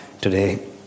today